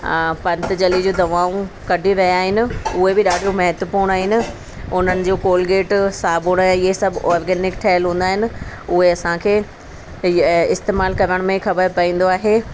पतंजलि जूं दवाऊं कढी रहिया आहिनि उहे बि ॾाढियूं महत्वपूण आहिनि उन्हनि जूं कॉलगेट साबुण इहे सभु ऑर्गेनिक ठहियल हूंदा आहिनि उहे असांखे इस्तेमालु करण में ख़बर पवंदो आहे